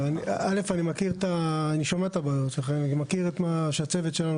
אני מכיר את הבעיות שלכם והצוות שלנו